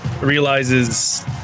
realizes